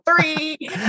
three